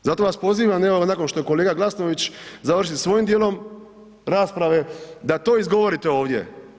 Zato vas pozivam i evo nakon što kolega Glasnović završi sa svojim djelom rasprave, da to izgovorite ovdje.